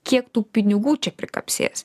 kiek tų pinigų čia prikapsės